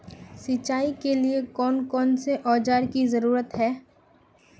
सिंचाई के लिए कौन कौन से औजार की जरूरत है?